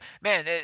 man